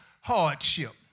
hardship